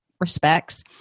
respects